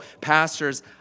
pastors